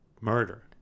murder